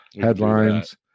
headlines